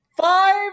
Five